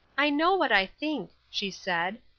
i know what i think, she said,